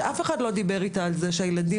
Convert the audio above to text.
שאף אחד לא דיבר איתה על כך שהילדים